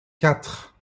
quatre